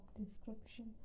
description